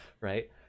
right